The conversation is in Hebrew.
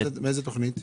מאיזו תוכנית?